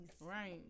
right